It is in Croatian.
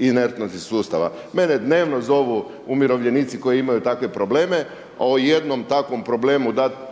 inertnosti sustava. Mene dnevno zovu umirovljenici koji imaju takve probleme, a o jednom takvom problemu